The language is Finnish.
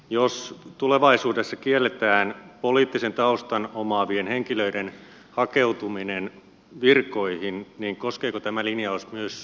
jos tulevaisuudessa kielletään poliittisen taustan omaavien henkilöiden hakeutuminen virkoihin niin koskeeko tämä linjaus myös ay liikettä